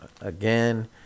again